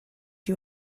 you